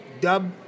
dub